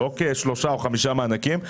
לא כשלושה או חמישה מענקים.